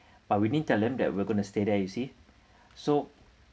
but we didn't tell them that we're going to stay there you see so